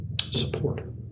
support